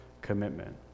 commitment